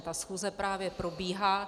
Ta schůze právě probíhá.